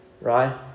right